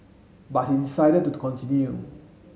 but he decided to continue